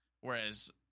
Whereas